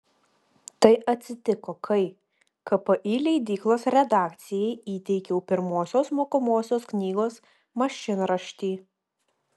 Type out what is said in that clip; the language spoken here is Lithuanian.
tai atsitiko kai kpi leidyklos redakcijai įteikiau pirmosios mokomosios knygos mašinraštį